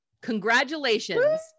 congratulations